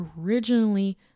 originally